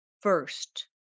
first